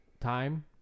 time